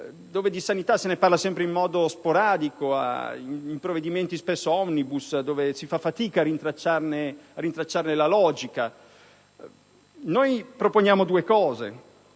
dove di sanità se ne parla sempre in modo sporadico, in provvedimenti spesso*omnibus* di cui si fa fatica a rintracciare la logica. Noi vogliamo avanzare